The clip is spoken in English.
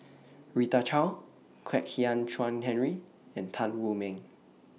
Rita Chao Kwek Hian Chuan Henry and Tan Wu Meng